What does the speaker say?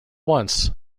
once